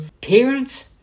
parents